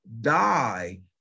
die